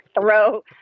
throw